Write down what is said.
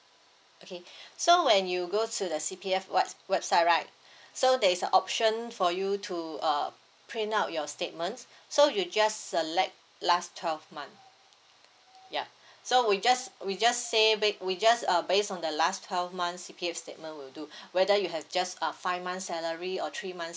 okay so when you go to the C_P_F web website right so there's a option for you to uh print out your statements so you just select last twelve month ya so we just we just say wait we just uh based on the last twelve months C_P_F statement will do whether you have just uh five month salary or three month